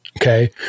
okay